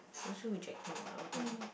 we also rejecting what our time